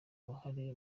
uruhare